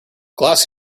glass